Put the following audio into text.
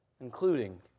including